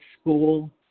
school